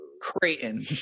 Creighton